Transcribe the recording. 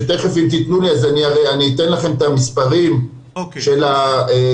שתיכף אם תתנו לי אני אתן לכם את המספרים של הילדים